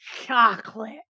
Chocolate